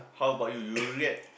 how bout you you do that